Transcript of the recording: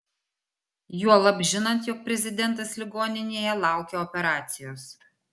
juolab žinant jog prezidentas ligoninėje laukia operacijos